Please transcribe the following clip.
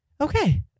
Okay